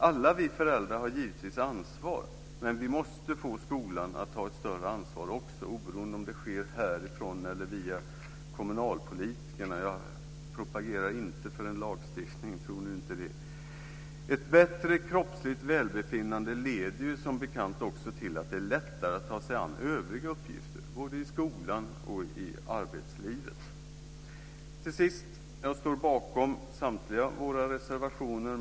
Alla vi föräldrar har givetvis ansvar. Men vi måste få skolan att också ta ett större ansvar, oberoende om det sker härifrån eller via kommunalpolitikerna. Jag propagerar inte för en lagstiftning. Tro nu inte det. Ett bättre kroppsligt välbefinnande leder som bekant också till att det är lättare att ta sig an övriga uppgifter både i skolan och i arbetslivet. Jag står till sist bakom samtliga våra reservationer.